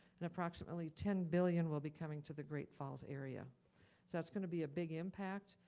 and approximately ten billion will be coming to the great falls area. so that's gonna be a big impact.